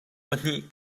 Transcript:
pahnih